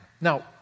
Now